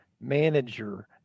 manager